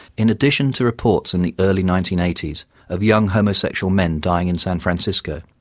in addition to reports in the early nineteen eighty s of young homosexual men dying in san francisco,